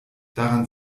daran